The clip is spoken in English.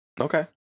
Okay